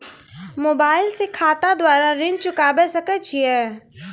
Mobile से खाता द्वारा ऋण चुकाबै सकय छियै?